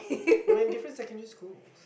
they went different secondary schools